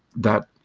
that,